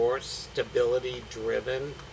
stability-driven